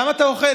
למה אתה אוכל?